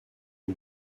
que